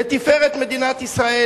לתפארת מדינת ישראל.